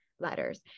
letters